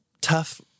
tough